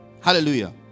Hallelujah